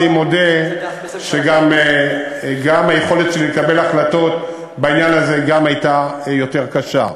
אני מודה שגם היכולת שלי לקבל החלטות בעניין הזה הייתה יותר קשה.